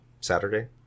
Saturday